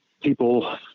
people